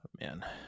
man